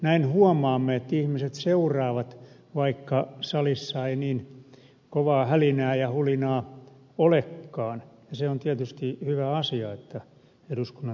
näin huomaamme että ihmiset seuraavat vaikka salissa ei niin kovaa hälinää ja hulinaa olekaan ja se on tietysti hyvä asia että eduskunnan toimintaa seurataan